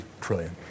trillion